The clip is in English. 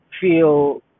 feel